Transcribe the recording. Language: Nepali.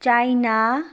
चाइना